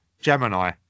Gemini